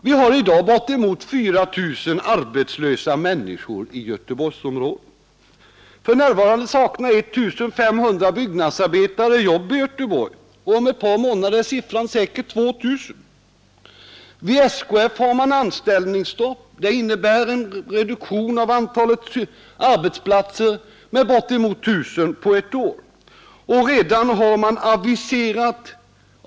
Vi har i dag bortemot 4 000 arbetslösa i Göteborgsområdet. För närvarande saknar 1 500 byggnadssiffran säkert 2 000. Vid SKF en reduktion av antalet arbetare jobb, och om ett par månader har man anställningsstopp, och det inne arbetsplatser med bortemot 1 000 på ett år.